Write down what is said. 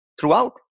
throughout